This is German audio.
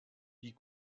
die